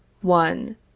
one